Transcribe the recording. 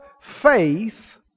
faith